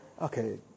okay